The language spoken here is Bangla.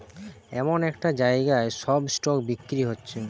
এমন একটা জাগায় সব স্টক বিক্রি হচ্ছে